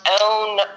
own